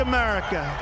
America